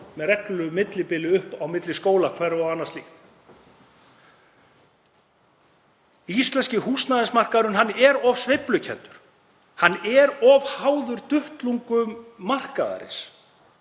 með reglulegu millibili upp á milli skólahverfa og annað slíkt. Íslenski húsnæðismarkaðurinn er of sveiflukenndur, hann er of háður duttlungum markaðarins.